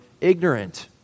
ignorant